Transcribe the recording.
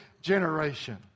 generation